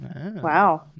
wow